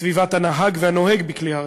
סביבת הנהג והנוהג בכלי הרכב.